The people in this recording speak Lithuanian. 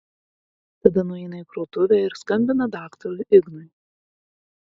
tada nueina į krautuvę ir skambina daktarui ignui